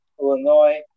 Illinois